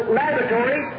laboratory